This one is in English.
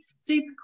super